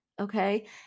okay